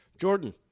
Jordan